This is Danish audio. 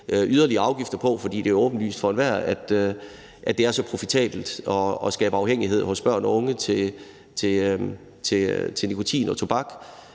yderligere afgifter på, for det er jo åbenlyst for enhver, at det er så profitabelt at skabe afhængighed af nikotin og tobak